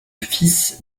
fils